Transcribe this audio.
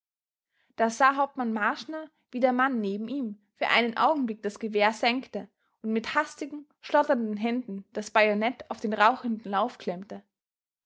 da sah hauptmann marschner wie der mann neben ihm für einen augenblick das gewehr senkte und mit hastigen schlotternden händen das bajonett auf den rauchenden lauf klemmte